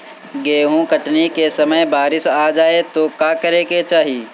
गेहुँ कटनी के समय बारीस आ जाए तो का करे के चाही?